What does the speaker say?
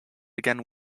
began